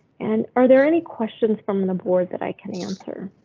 and are there any questions from the board that i can answer?